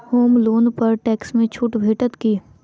होम loan पर tax मे छुट भेटत की